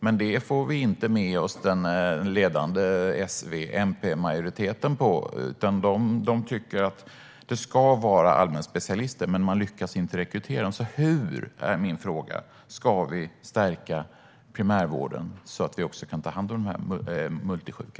Men det får vi inte med oss den ledande S-V-MP-majoriteten på, utan de tycker att det ska vara allmänspecialister. Man lyckas dock inte rekrytera dem. Hur ska vi stärka primärvården så att vi kan ta hand om de multisjuka?